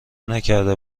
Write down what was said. نکرده